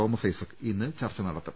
Thomas Isaac ഇന്ന് ചർച്ച നടത്തും